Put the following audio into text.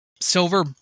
Silver